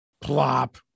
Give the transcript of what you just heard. plop